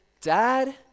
dad